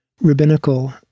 rabbinical